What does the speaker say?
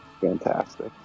fantastic